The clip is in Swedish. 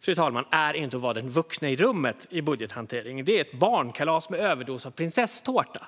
fru talman, är inte att vara "den vuxne i rummet" i budgethanteringen, det är snarare ett barnkalas med överdos av prinsesstårta.